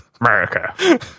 America